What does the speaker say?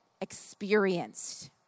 experienced